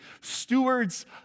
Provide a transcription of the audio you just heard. stewards